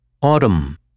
AUTUMN